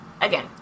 again